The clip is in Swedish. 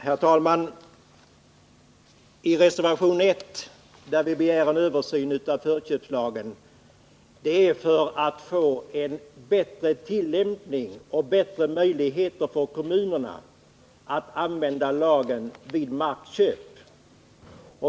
Herr talman! Vi begär i reservation 1 en översyn av förköpslagen för att få en bättre tillämpning och bättre möjligheter för kommunerna att använda lagen vid markköp.